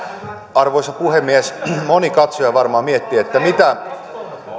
arvoisa puhemies moni katsoja varmaan miettii mitä